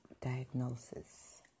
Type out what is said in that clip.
diagnosis